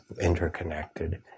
interconnected